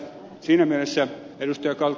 siinä mielessä ed